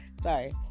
sorry